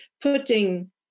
putting